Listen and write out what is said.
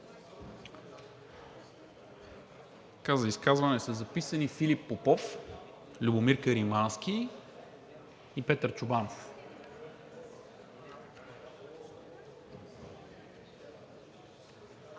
За изказване са записани Филип Попов, Любомир Каримански и Петър Чобанов.